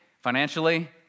financially